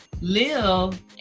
live